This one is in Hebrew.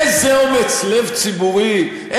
איזה אומץ לב ציבורי,